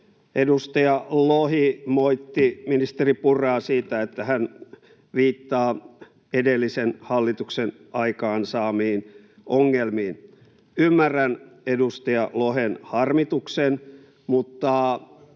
Edustaja Lohi moitti ministeri Purraa siitä, että hän viittaa edellisen hallituksen aikaansaamiin ongelmiin. Ymmärrän edustaja Lohen harmituksen, mutta